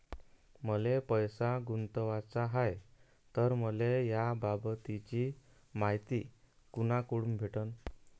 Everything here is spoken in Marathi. मले पैसा गुंतवाचा हाय तर मले याबाबतीची मायती कुनाकडून भेटन?